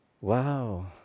Wow